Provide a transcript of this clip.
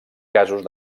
casos